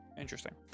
Interesting